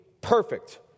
perfect